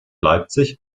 leipzig